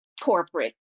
corporate